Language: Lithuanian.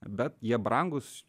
bet jie brangūs